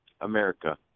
America